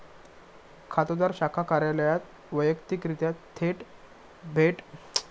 खातोदार शाखा कार्यालयात वैयक्तिकरित्या भेट देऊ शकता आणि चेक पेमेंट थांबवुची लेखी विनंती करू शकता